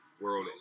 world